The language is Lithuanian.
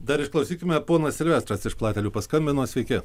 dar išklausykime ponas silvestras iš platelių paskambino sveiki